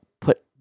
put